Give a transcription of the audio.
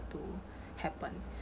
to happen